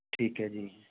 ਠੀਕ ਐ ਜੀ